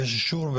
יש אישור,